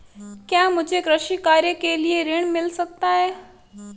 क्या मुझे कृषि कार्य के लिए ऋण मिल सकता है?